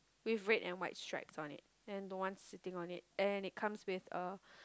with red and white stripes on it and no one sitting on it and it comes with a